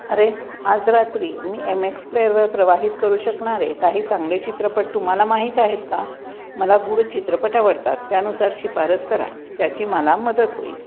अरे आज रात्री मी एम एक्स प्लेयरवर प्रवाहित करू शकणारे काही चांगले चित्रपट तुम्हाला माहीत आहेत का मला गूढ चित्रपट आवडतात त्यानुसार शिफारस करा त्याची मला मदत होईल